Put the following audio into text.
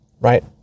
right